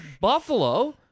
buffalo